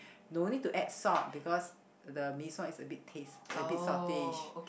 no need to add salt because the mee-sua is a bit taste a bit saltish